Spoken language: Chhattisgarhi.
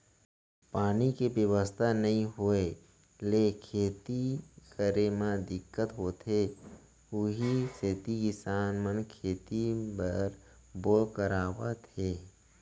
पानी के बेवस्था नइ होय ले खेती करे म दिक्कत होथे उही सेती किसान मन खेती बर बोर करवात हे